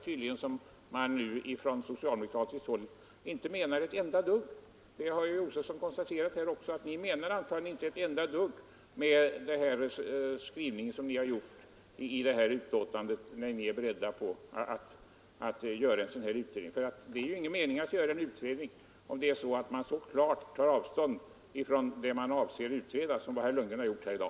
Tydligen menar ni från socialdemokratiskt håll inte ett enda dugg med skrivningen i betänkandet att ni är beredda att göra en utredning, och det har också herr Josefson konstaterat. Det är ju ingen mening att göra en utredning, om man så klart tar avstånd från det man avser utreda som herr Lundgren har gjort här i dag.